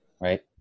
right